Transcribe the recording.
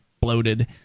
bloated